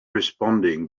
responding